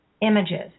images